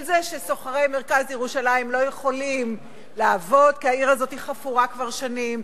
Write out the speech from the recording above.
של זה ששוכרי מרכז ירושלים לא יכולים לעבוד כי העיר הזו חפורה כבר שנים,